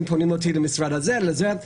הם מפנים אותי למשרד הזה ולזה.